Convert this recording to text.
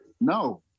No